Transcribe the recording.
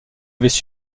avaient